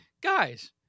guys